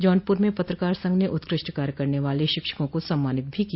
जौनपुर में पत्रकार संघ ने उत्कृष्ट कार्य करने वाले शिक्षकों को सम्मानित भी किया